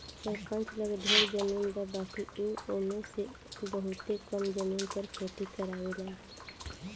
सरपंच लगे ढेरे जमीन बा बाकिर उ ओमे में से बहुते कम जमीन पर खेती करावेलन